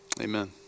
amen